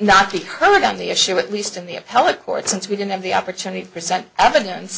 not be covered on the issue at least in the appellate court since we didn't have the opportunity to present evidence